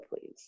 please